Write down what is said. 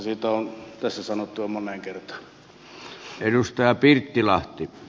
siitä on tässä sanottu jo moneen kertaan